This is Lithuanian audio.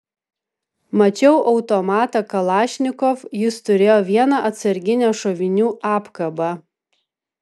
mačiau automatą kalašnikov jis turėjo vieną atsarginę šovinių apkabą